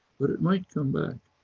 but it might come back.